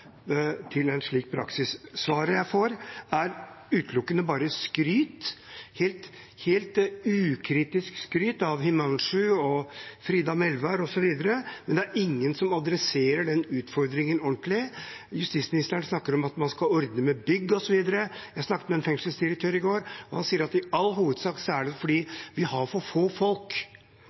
til en slik praksis. Svaret jeg får, er utelukkende skryt, helt ukritisk skryt fra representantene Himanshu Gulati, Frida Melvær osv., men det er ingen som adresserer den utfordringen ordentlig. Justisministeren snakker om at man skal ordne med bygg, osv. Jeg snakket med en fengselsdirektør i går, og han sa at i all hovedsak har de for få folk.